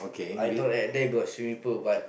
I thought at there got swimming pool but